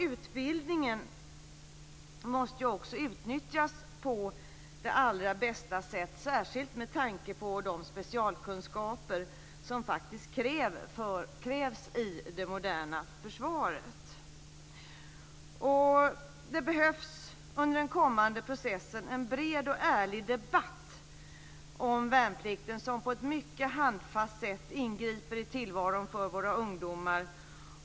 Utbildningen måste också utnyttjas på det allra bästa sättet, särskilt med tanke på de specialkunskaper som faktiskt krävs i det moderna försvaret. Under den kommande processen behövs det en bred och ärlig debatt om värnplikten som på ett mycket handfast sätt ingriper i tillvaron för våra ungdomar.